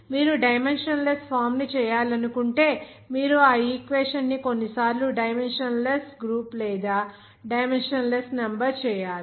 మీరు ఈ dimensionless form ని చేయాలనుకుంటే మీరు ఆ ఈక్వేషన్ ని కొన్నిసార్లు డైమెన్షన్ లెస్ గ్రూప్ లేదా డైమెన్షన్ లెస్ నంబర్ గా చేంజ్ చేయాలి